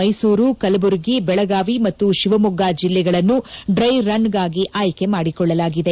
ಮೈಸೂರು ಕಲ್ವುರ್ಗಿ ಬೆಳಗಾವಿ ಮತ್ತು ಶಿವಮೊಗ್ಗ ಜಿಲ್ಲೆಗಳನ್ನು ಡ್ರೈ ರನ್ ಗಾಗಿ ಆಯ್ಕೆ ಮಾಡಲಾಗಿದೆ